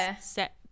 set